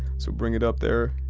so bring it up there.